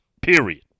Period